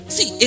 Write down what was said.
See